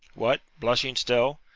what, blushing still?